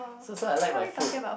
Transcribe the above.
so so I like my food